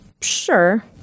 Sure